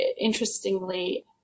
Interestingly